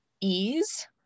ease